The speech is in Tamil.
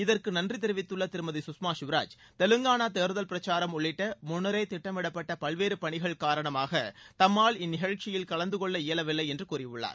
இதற்கு நன்றி தெரிவித்துள்ள திருமதி சுஷ்மா சுவராஜ் தெலங்கானா தேர்தல் பிரச்சாரம் உள்ளிட்ட முன்னரே திட்டமிடப்பட்ட பல்வேறு பணிகள் காரணமாக தம்மால் இந்நிகழ்ச்சியில் கலந்தகொள்ள இயலவில்லை என்று கூறியுள்ளார்